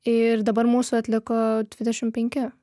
ir dabar mūsų atliko dvidešim penki